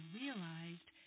realized